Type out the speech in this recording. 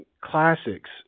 classics